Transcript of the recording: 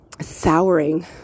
souring